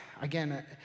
again